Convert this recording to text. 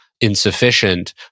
insufficient